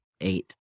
Eight